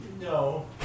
No